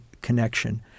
connection